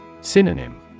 Synonym